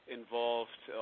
involved